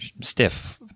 stiff